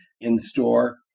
in-store